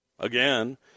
Again